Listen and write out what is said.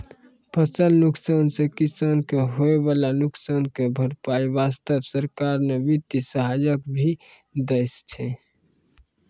फसल नुकसान सॅ किसान कॅ होय वाला नुकसान के भरपाई वास्तॅ सरकार न वित्तीय सहायता भी दै छै